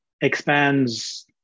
expands